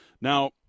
Now